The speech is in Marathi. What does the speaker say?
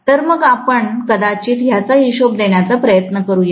तर मग आपण कदाचित याचा हिशेब देण्याचा प्रयत्न करू या